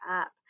up